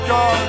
God